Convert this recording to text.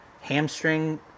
hamstring